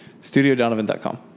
StudioDonovan.com